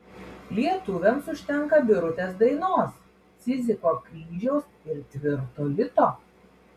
lietuviams užtenka birutės dainos cidziko kryžiaus ir tvirto lito